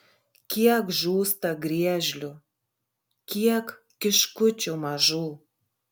kiek žūsta griežlių kiek kiškučių mažų